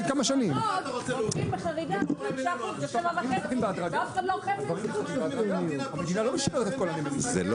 אחד לא אוכף את זה.